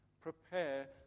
prepare